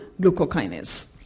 glucokinase